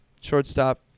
shortstop